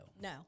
No